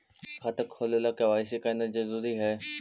खाता खोले ला के दवाई सी करना जरूरी है?